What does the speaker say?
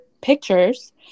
pictures